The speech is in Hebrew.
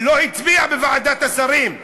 לא הצביע בוועדת השרים,